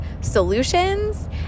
solutions